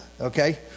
Okay